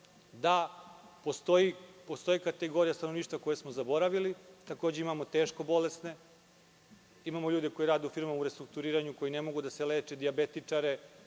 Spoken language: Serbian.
da postoje kategorije stanovništva koje smo zaboravili. Takođe, imamo teško bolesne, imamo ljude koji rade u firmama u restrukturiranju, koji ne mogu da se leče, dijabetičare,